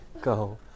Go